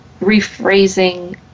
rephrasing